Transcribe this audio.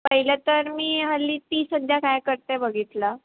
पहिलं तर मी हल्ली ती सध्या काय करते बघितला